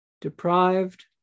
deprived